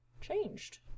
changed